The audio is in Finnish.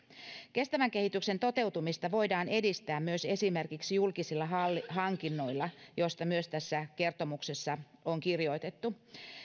kestävän kehityksen toteutumista voidaan edistää myös esimerkiksi julkisilla hankinnoilla joista tässä kertomuksessa on myös kirjoitettu